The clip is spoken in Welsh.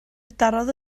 darodd